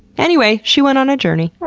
anyway, she went on a journey.